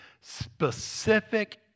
specific